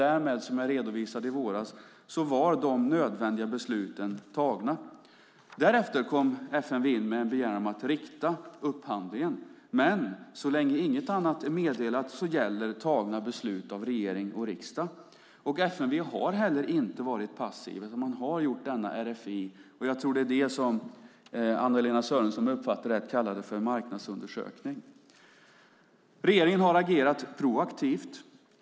Därmed, som jag redovisade i våras, var de nödvändiga besluten fattade. Därefter kom FMV in med en begäran om att rikta upphandlingen. Men så länge inget annat är meddelat gäller beslut fattade av regering och riksdag. FMV har heller inte varit passivt, utan man har gjort denna RFI. Jag tror att det var det som Anna-Lena Sörenson, om jag uppfattade det rätt, kallade för en marknadsundersökning. Regeringen har agerat proaktivt.